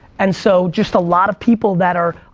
and so, just a lot of people that are,